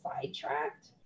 sidetracked